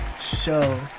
show